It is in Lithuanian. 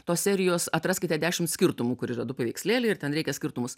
tos serijos atraskite dešimt skirtumų kur yra du paveikslėliai ir ten reikia skirtumus